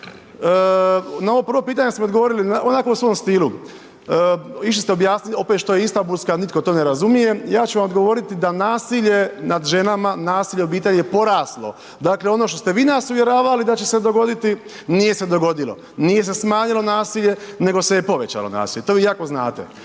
na ovo prvo pitanje ste mi odgovorili, onako u svom stilu. Išli ste objasniti opet što je istambulska, nitko to ne razumije, ja ću vam odgovoriti da nasilje nad ženama, nasilje u obitelji je poraslo. Dakle, ono što ste vi nas uvjeravali da će se dogoditi, nije se dogodilo, nije se smanjilo nasilje, nego se povećalo nasilje. To vi jako znate.